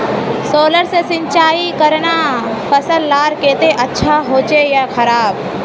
Solar से सिंचाई करना फसल लार केते अच्छा होचे या खराब?